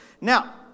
Now